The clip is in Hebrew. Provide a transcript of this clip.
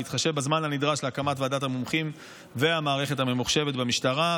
בהתחשב בזמן הנדרש להקמת ועדת המומחים והמערכת הממוחשבת במשטרה,